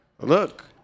Look